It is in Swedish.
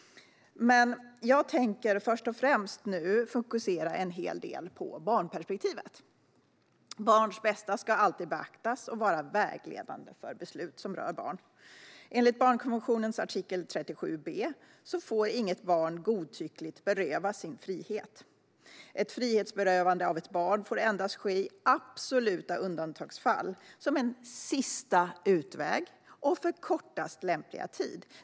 Jag tänker först och främst fokusera på barnperspektivet. Barns bästa ska alltid beaktas och vara vägledande för beslut som rör barn. Enligt barnkonventionens artikel 37 b får inget barn godtyckligt berövas sin frihet. Frihetsberövande av ett barn får endast ske i absoluta undantagsfall som en sista utväg och för kortast lämpliga tid.